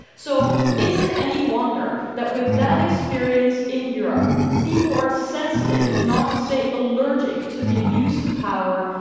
so, is it any wonder that with that experience in europe people are sensitive, not to say allergic, to the abuse of power,